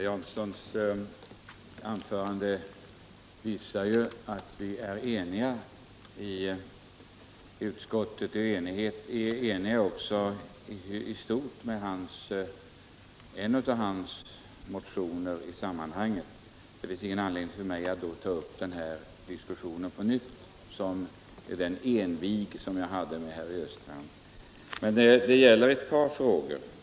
Herr talman! Herr Janssons anförande visar att vi är eniga i utskottet. I stort sett instämmer vi också i en av hans motioner i detta sammanhang. Det finns då ingen anledning för mig att på nytt ta upp det envig jag hade med herr Östrand. Jag vill emellertid beröra ett par frågor.